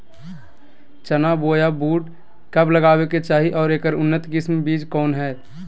चना बोया बुट कब लगावे के चाही और ऐकर उन्नत किस्म के बिज कौन है?